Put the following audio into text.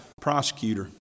prosecutor